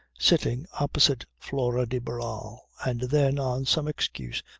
sitting opposite flora de barral, and then, on some excuse,